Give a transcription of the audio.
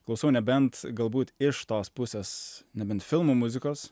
klausau nebent galbūt iš tos pusės nebent filmų muzikos